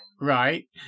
Right